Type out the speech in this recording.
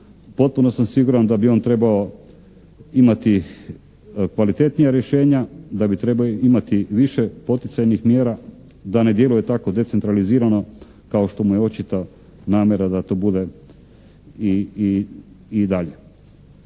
potpuno sam siguran da bi on trebao imati kvalitetnija rješenja, da bi trebao imati više poticajnih mjera da ne djeluje tako decentralizirano kao što mu je očita namjera da to bude i dalje.